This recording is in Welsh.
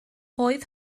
oedd